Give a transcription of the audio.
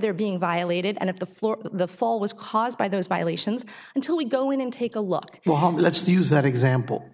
they're being violated and if the floor the fall was caused by those violations until we go in and take a look let's use that example